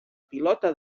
pilota